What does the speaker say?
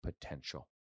potential